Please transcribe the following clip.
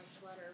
sweater